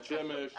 בית שמש,